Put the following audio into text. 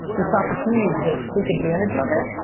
this opportunity exists. take advantage of it.